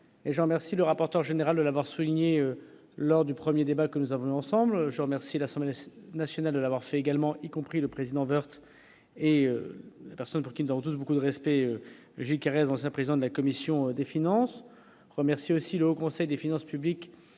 je remercie le rapporteur général de l'avoir souligné lors du 1er débat que nous avons ensemble je remercie l'Assemblée nationale, de l'avoir fait également, y compris le président Woerth et personne pour Kim dans tous beaucoup de respect, j'ai Carrez, ancien président de la commission des finances remercié aussi le Haut Conseil des finances publiques